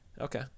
Okay